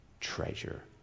treasure